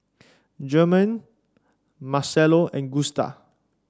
German Marcelo and Gusta